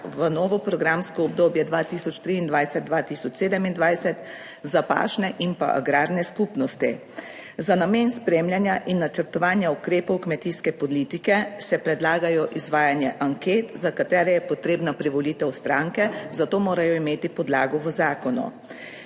v novo programsko obdobje 2023-2027 za pašne in pa agrarne skupnosti. Za namen spremljanja in načrtovanja ukrepov kmetijske politike se predlagajo izvajanje anket, za katere je potrebna privolitev stranke, zato morajo imeti podlago v zakonu.